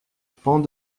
pans